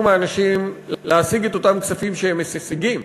מאנשים להשיג את אותם כספים שהם משיגים,